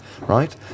right